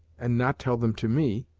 and not tell them to me!